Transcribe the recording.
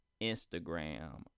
Instagram